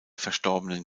verstorbenen